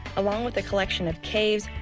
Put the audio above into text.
along with a collection of caves,